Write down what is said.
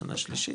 בשנה שלישית,